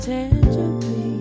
Tangibly